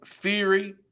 Theory